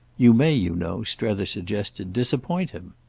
you may, you know, strether suggested, disappoint him.